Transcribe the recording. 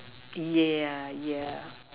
yeah yeah